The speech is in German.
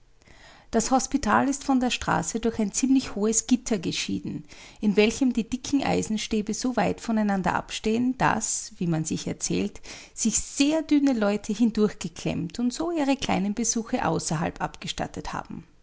das hospital ist von der straße durch ein ziemlich hohes gitter geschieden in welchem die dicken eisenstäbe so weit von einander abstehen daß wie man sich erzählt sich sehr dünne leute hindurchgeklemmt und so ihre kleinen besuche außerhalb abgestattet haben